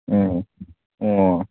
ꯑꯣ ꯑꯣ